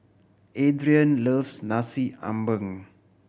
Adrian loves Nasi Ambeng